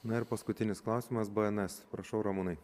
na ir paskutinis klausimas bns prašau ramūnai